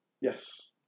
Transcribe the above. Yes